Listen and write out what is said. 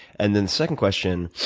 and then second question